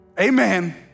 Amen